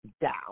down